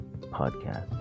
podcast